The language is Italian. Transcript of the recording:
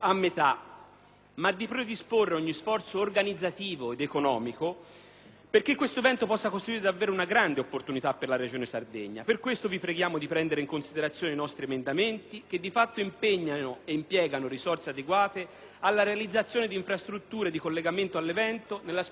perché questo evento possa costituire davvero una grande opportunità per la Regione Sardegna. Per questo vi preghiamo di prendere in considerazione i nostri emendamenti, che di fatto impegnano e impiegano risorse adeguate alla realizzazione di infrastrutture di collegamento all'evento, nella speranza che possano costituire il lascito più atteso per i territori interessati.